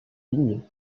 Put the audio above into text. lignes